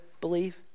believe